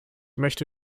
möchte